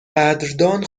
قدردان